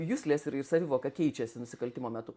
juslės savivoka keičiasi nusikaltimo metu